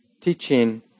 teaching